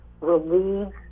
relieves